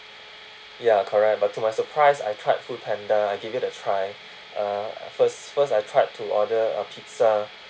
ya correct but to my surprise I tried foodpanda I give it a try uh first first I tried to order a pizza